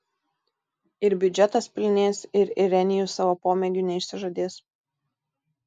ir biudžetas pilnės ir irenijus savo pomėgių neišsižadės